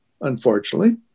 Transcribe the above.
unfortunately